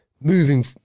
moving